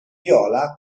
viola